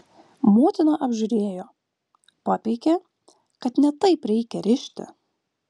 motina apžiūrėjo papeikė kad ne taip reikia rišti